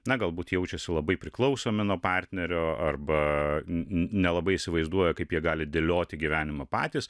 na galbūt jaučiasi labai priklausomi nuo partnerio arba nelabai įsivaizduoja kaip jie gali dėlioti gyvenimą patys